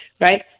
right